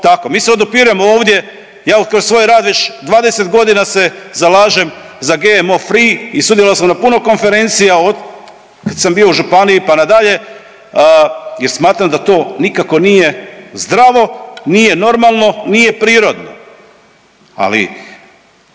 tako. Mi se odupiremo ovdje ja kroz svoj rad već 20 godina se zalažem za GMO free i sudjelovao sam u puno konferencija od kad sam bio u županiji pa nadalje jer smatram da to nikako nije zdravo, nije normalno, nije prirodno. Ali